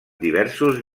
diversos